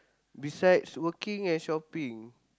besides working and shopping